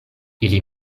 ili